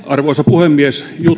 arvoisa puhemies